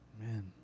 Man